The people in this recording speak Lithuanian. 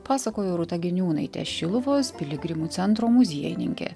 pasakojo rūta giniūnaitė šiluvos piligrimų centro muziejininkė